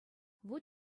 вут